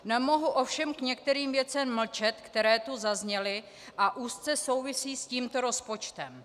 Nemohu ovšem k některým věcem mlčet, které tu zazněly a úzce souvisí s tímto rozpočtem.